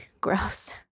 Gross